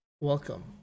Welcome